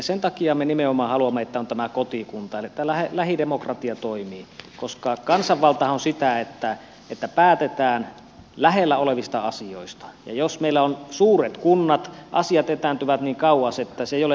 sen takia me nimenomaan haluamme että on tämä kotikunta eli tämä lähidemokratia toimii koska kansanvaltahan on sitä että päätetään lähellä olevista asioista ja jos meillä on suuret kunnat asiat etääntyvät niin kauas että se ei ole enää lähidemokratiaa